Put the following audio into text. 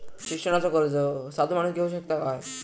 शिक्षणाचा कर्ज साधो माणूस घेऊ शकता काय?